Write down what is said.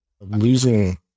losing